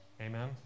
Amen